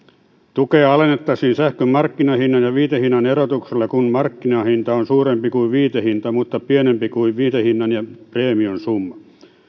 tukea alennettaisiin sähkön markkinahinnan ja viitehinnan erotuksella kun markkinahinta on suurempi kuin viitehinta mutta pienempi kuin viitehinnan ja preemion summa